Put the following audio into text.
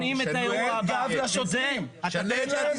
תן גב לשוטרים, תאפשר להם